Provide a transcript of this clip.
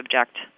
object